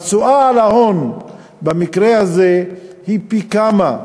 התשואה על ההון במקרה הזה היא פי-כמה,